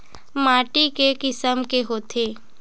माटी के किसम के होथे?